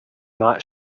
not